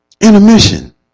Intermission